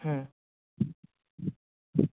হুম আচ্ছা